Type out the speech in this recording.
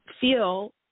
feel